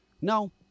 No